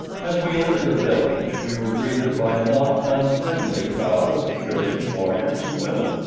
as we entered the village, we were greeted by a not unfriendly crowd of curious warriors and women,